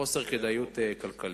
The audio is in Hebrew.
חוסר כדאיות כלכלית.